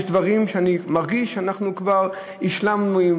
יש דברים שאני מרגיש שאנחנו כבר השלמנו אתם,